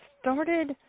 started